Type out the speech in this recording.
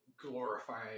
glorifying